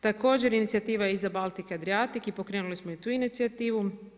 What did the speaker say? Također, inicijativa je i za Baltik i Adriatic i pokrenuli smo i tu inicijativu.